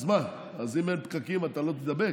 אז מה, אז אם אין פקקים אתה לא תידבק?